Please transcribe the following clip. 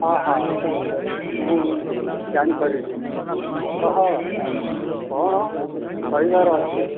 ହଁ ହଁ ମୁଁ ଜାଣିପାରିଲି କହ କଣ କହିବାର ଅଛି